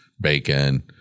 bacon